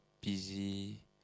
Busy